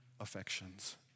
affections